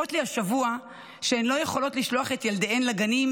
מספרות לי השבוע שהן לא יכולות לשלוח את ילדיהן לגנים,